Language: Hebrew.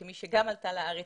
כמי שעלתה לארץ,